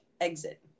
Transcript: exit